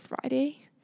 Friday